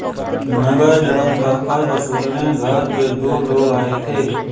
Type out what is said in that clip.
नगर निगम का कर वसूलने घर पे दो लोग आए थे